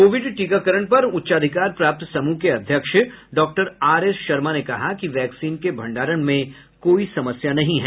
Covid टीकाकरण पर उच्चाधिकार प्राप्त समूह के अध्यक्ष डॉक्टर आर एस शर्मा ने कहा कि वैक्सीन के भंडारण में कोई समस्या नहीं है